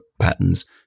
patterns